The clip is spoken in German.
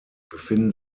befinden